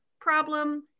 problem